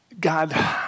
God